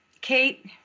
Kate